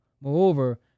Moreover